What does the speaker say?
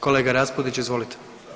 Kolega RAspudić izvolite.